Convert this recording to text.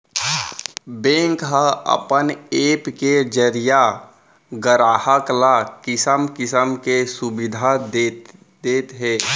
bank ह अपन app के जरिये गराहक ल किसम किसम के सुबिधा देत हे